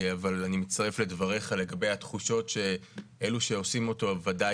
אבל אני מצטרף לדבריך לגבי התחושות שאלו שעושים אותו ודאי,